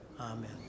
Amen